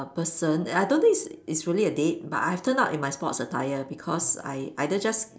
person I don't think it's it's really a date but I've turned up in my sports attire because I either just